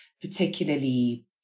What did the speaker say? particularly